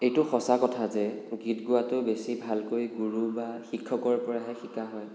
এইটো সঁচা কথা যে গীত গোৱাটো বেছি ভালকৈ গুৰু বা শিক্ষকৰ পৰাহে শিকা হয়